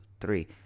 three